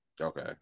okay